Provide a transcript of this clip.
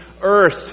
earth